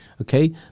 Okay